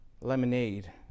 lemonade